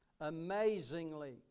Amazingly